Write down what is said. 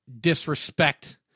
disrespect